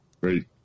Great